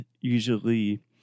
usually